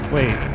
Wait